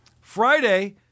Friday